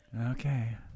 Okay